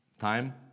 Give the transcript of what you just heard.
time